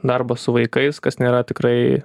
darbas su vaikais kas nėra tikrai